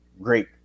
great